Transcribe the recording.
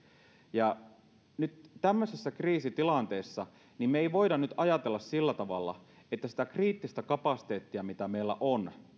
nyt tämmöisessä kriisitilanteessa me emme voi ajatella sillä tavalla että sitä kriittistä kapasiteettia mitä meillä on